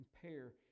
compare